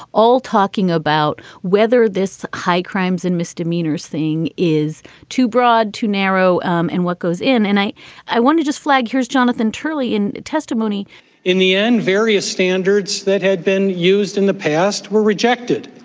all talking about whether this high crimes and misdemeanors thing is too broad, too narrow. um and what goes in and i i want to just flag. here's jonathan turley in testimony in the end, various standards that had been used in the past were rejected.